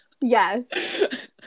Yes